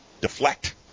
deflect